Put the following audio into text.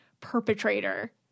perpetrator